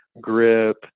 grip